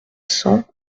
cents